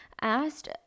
asked